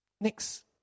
Next